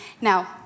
Now